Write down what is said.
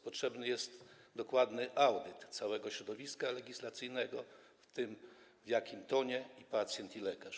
Potrzebny jest dokładny audyt całego środowiska legislacyjnego, w jakim tonie i pacjent, i lekarz.